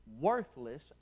worthless